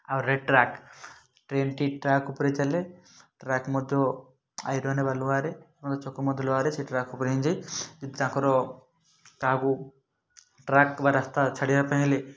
ଆଉ ଗୋଟିଏ ଟ୍ରାକ୍ ଟ୍ରେନ୍ଟି ଟ୍ରାକ୍ ଉପରେ ଚାଲେ ଟ୍ରାକ୍ ମଧ୍ୟ ଆଇରନ୍ ବା ଲୁହାରେ ଚକ ମଧ୍ୟ ଲୁହରେ ସେ ଟ୍ରାକ୍ ଉପରେ ଯାଇ ଯଦି ତାଙ୍କର କାହାକୁ ଟ୍ରାକ୍ ବା ରାସ୍ତା ଛଡ଼ିବା ପାଇଁ ହେଲେ